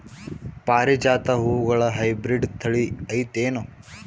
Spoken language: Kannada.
ಪಾರಿಜಾತ ಹೂವುಗಳ ಹೈಬ್ರಿಡ್ ಥಳಿ ಐತೇನು?